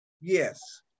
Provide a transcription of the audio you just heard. yes